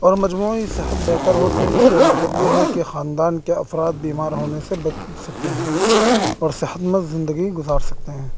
اور مجموعی صحت بہتر ہوتی اس کا مطلب یہ ہے کہ خاندان کے افراد بیمار ہونے سے بچ سکتے ہیں اور صحت مند زندگی گزار سکتے ہیں